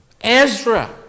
Ezra